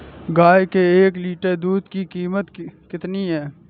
गाय के एक लीटर दूध की कीमत कितनी है?